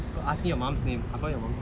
asking your mom's name I found your mom's name